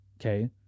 okay